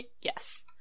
Yes